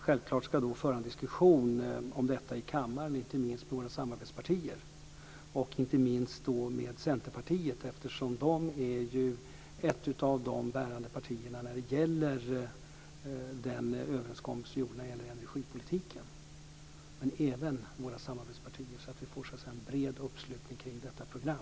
Självfallet ska vi då föra en diskussion om det här i kammaren, inte minst med våra samarbetspartier och inte minst med Centerpartiet eftersom det är ett av de bärande partierna när det gäller den överenskommelse som gjordes om energipolitiken. Men vi ska även diskutera med våra samarbetspartier så att vi får en bred uppslutning kring detta program.